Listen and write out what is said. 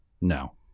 No